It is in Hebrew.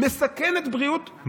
מסכן את הבריאות,